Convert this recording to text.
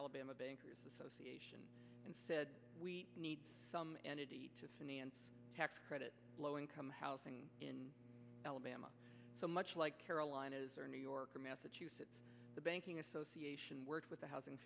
alabama bankers association and said we need some entity to finance tax credits low income housing in alabama so much like carolinas or new york or massachusetts the banking association worked with a housing